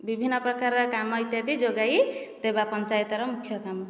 ବିଭିନ୍ନ ପ୍ରକାରର କାମ ଇତ୍ୟାଦି ଯୋଗାଇ ଦେବା ପଞ୍ଚାୟତର ମୁଖ୍ୟ କାମ